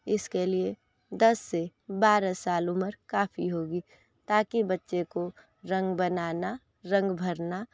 इसके लिए दस से बारह साल उम्र काफ़ी होगी ताकि बच्चे को रंग बनाना रंग भरना